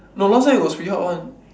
no last time it was pretty hot [one]